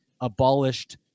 abolished